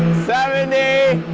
seventy